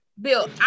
Bill